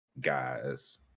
guys